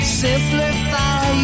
simplify